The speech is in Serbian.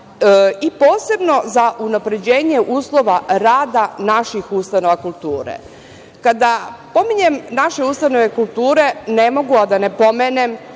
i posebno za unapređenje uslova rada naših ustanova kulture. Kada pominjem naše ustanove kulture, ne mogu a da ne pomenem